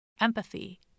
empathy